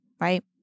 right